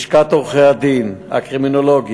לשכת עורכי-הדין, הקרימינולוגים,